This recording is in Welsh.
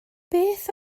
beth